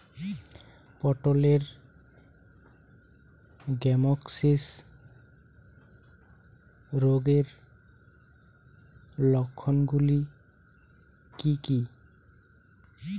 পটলের গ্যামোসিস রোগের লক্ষণগুলি কী কী?